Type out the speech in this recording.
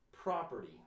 property